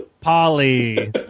Polly